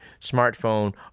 smartphone